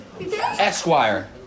Esquire